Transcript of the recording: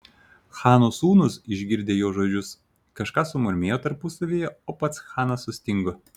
chano sūnūs išgirdę jo žodžius kažką sumurmėjo tarpusavyje o pats chanas sustingo